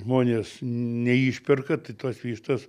žmonės neišperka tai tos vištos